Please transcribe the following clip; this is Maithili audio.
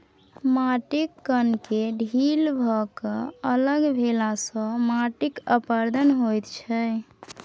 माटिक कणकेँ ढील भए कए अलग भेलासँ माटिक अपरदन होइत छै